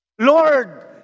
Lord